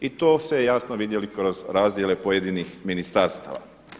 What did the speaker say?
I to ste jasno vidjeli kroz razdjele pojedinih ministarstava.